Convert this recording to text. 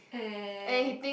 and